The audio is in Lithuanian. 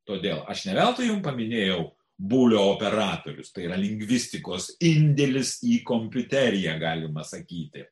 todėl aš ne veltui jum paminėjau bulio operatorius tai yra lingvistikos indėlis į kompiuteriją galima sakyti